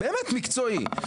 באמת מקצועי,